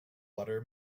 butter